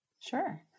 Sure